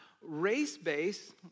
race-based